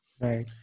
Right